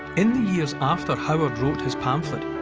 in the years after howard wrote his pamphlet,